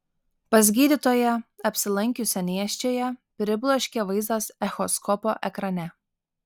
pas gydytoją apsilankiusią nėščiąją pribloškė vaizdas echoskopo ekrane